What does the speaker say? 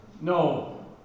No